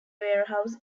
warehouse